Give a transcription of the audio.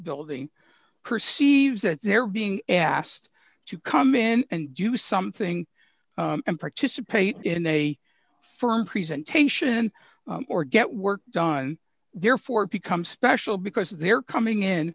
building perceives that they're being asked to come in and do something and participate in a firm presentation or get work done therefore become special because they're coming in